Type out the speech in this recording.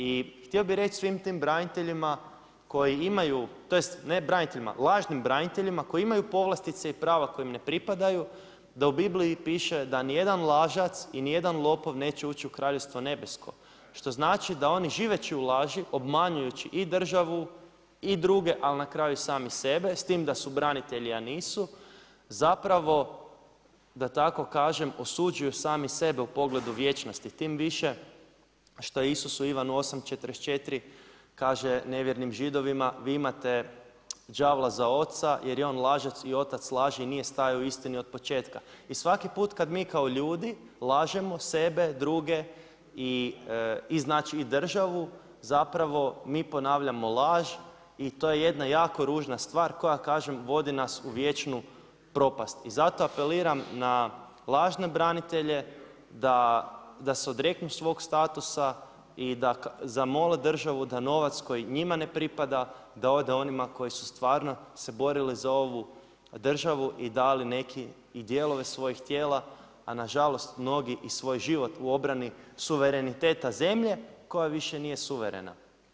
I htio bi reći svim tim braniteljima, tj. ne braniteljima, lažnim braniteljima koji imaju povlastice i prava koja im ne pripadaju, da u Bibliji piše da „Nijedan lažac i nijedan lopov neće ući u Kraljevstvo nebesko“, što znači da oni živeći u laži, obmanjujući i državu i druge ali na kraju i sami sebe, s tim da su branitelji a nisu, zapravo da tako kažem, osuđuju sami se u pogledu vječnosti tim više što je Isus u Ivanu 8,44 kaže nevjernim Židovima, „Vi imate đavla za oca jer je on lažac i otac laži i nije stajao u istini od početka.“ I svaki put kad mi kao ljudi lažemo sebe, druge i znači državu, zapravo mi ponavljamo laž i to je jedna jako ružna stvar, koja kažem, vodi nas u vječnu propast i zato apeliram na lažne branitelje da se odreknu svog statusa i da zamole državu da novac koji njima ne pripada, da ode onima koji su stvarno se borili za ovu državu i dali neki i dijelove svojih tijela a nažalost, mnogi i svoj život u obrani suvereniteta zemlje koja više nije suverena.